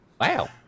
Wow